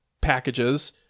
packages